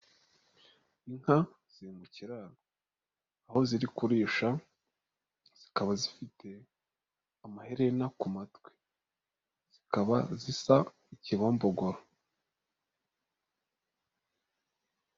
Inka zi mu kiro, aho ziri kurisha, zikaba zifite amaherena ku matwi, zikaba zisa ikibombogoro.